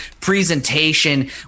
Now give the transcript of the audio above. presentation